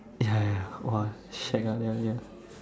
ya ya !wah! shag ah that one ya